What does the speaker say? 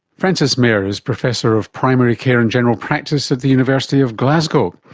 frances mair is professor of primary care and general practice at the university of glasgow.